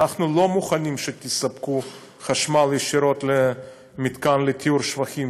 אנחנו לא מוכנים שתספקו חשמל ישירות למתקן לטיהור שפכים,